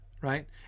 Right